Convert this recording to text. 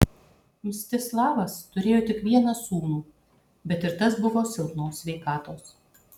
mstislavas turėjo tik vieną sūnų bet ir tas buvo silpnos sveikatos